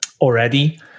already